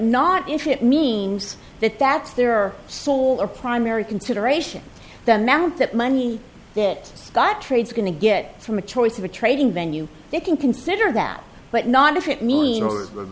not infinite means that that's their sole or primary consideration the amount that money that the trades are going to get from a choice of a trading venue they can consider that but not if it means others w